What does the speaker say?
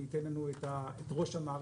ייתן לנו את ראש המערכת,